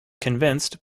convinced